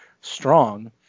strong